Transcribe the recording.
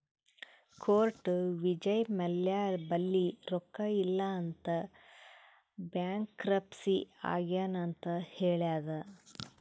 court Vijay Mallya ಬಲ್ಲಿ ರೊಕ್ಕಾ ಇಲ್ಲ ಅಂತ ಬ್ಯಾಂಕ್ರಪ್ಸಿ ಆಗ್ಯಾನ್ ಅಂತ್ ಹೇಳ್ಯಾದ್